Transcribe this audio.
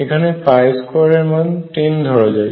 এখানে 2 এর মান 10 ধরা যায়